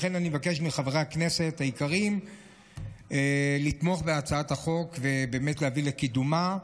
לכן אני מבקש מחברי הכנסת היקרים לתמוך בהצעת החוק ובאמת להביא לקידומה.